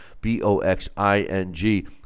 B-O-X-I-N-G